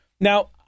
Now